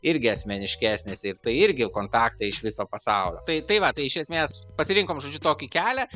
irgi asmeniškesnis ir tai irgi kontaktai iš viso pasaulio tai tai va tai iš esmės pasirinkom žodžiu tokį kelią